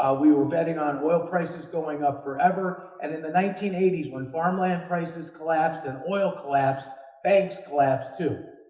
ah we were betting on oil prices going up forever, and in the nineteen eighty s, when farmland prices collapsed and oil collapsed, banks collapsed too.